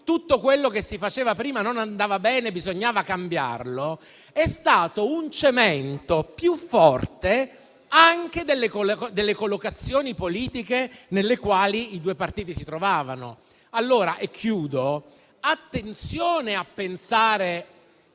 tutto quello che si faceva prima non andava bene e bisognava cambiarlo - sono state un cemento più forte anche delle collocazioni politiche nelle quali i due partiti si trovavano. In conclusione allora,